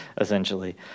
essentially